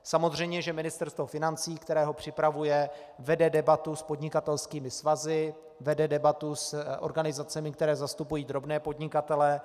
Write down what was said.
Samozřejmě, že Ministerstvo financí, které ho připravuje, vede debatu s podnikatelskými svazy, vede debatu s organizacemi, které zastupují drobné podnikatele.